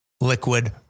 liquid